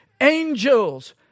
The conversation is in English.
Angels